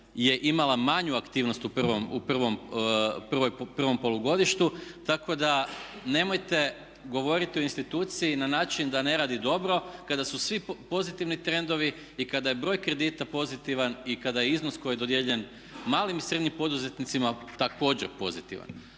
je imala manju aktivnost u prvom polugodištu. Tako da nemojte govoriti o instituciji na način da ne radi dobro kada su svi pozitivni trendovi i kada je broj kredita pozitivan i kada je iznos koji je dodijeljen malim i srednjim poduzetnicima također pozitivan.